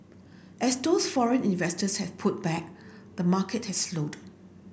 as those foreign investors have pulled back the market has slowed